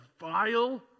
vile